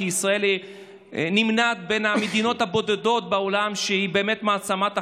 כי ישראל נמנית עם המדינות הבודדות בעולם שהן באמת מעצמת חלל.